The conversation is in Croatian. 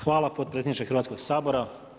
Hvala potpredsjedniče Hrvatskog sabora.